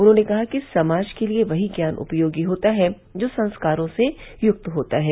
उन्होंने कहा कि समाज के लिए वहीं ज्ञान उपयोगी होता है जो संस्कारों से युक्त होता है